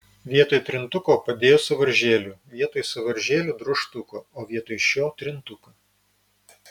vietoj trintuko padėjo sąvaržėlių vietoj sąvaržėlių drožtuką o vietoj šio trintuką